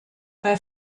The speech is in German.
bei